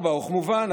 4. כמובן,